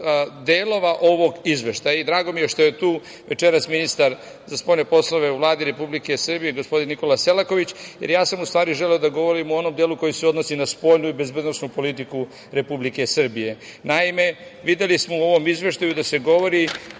delova ovog izveštaja i drago mi je što je tu večeras ministar za spoljne poslove u Vladi Republike Srbije, gospodin Nikola Selaković, jer ja sam u stvari želeo da govorim o onom delu koji se odnosi na spoljnu i bezbednosnu politiku Republike Srbije. Videli smo u ovom izveštaju da se govori